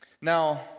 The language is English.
Now